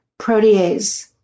protease